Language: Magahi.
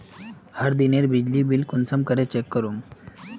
हर दिनेर बिजली बिल कुंसम करे चेक करूम?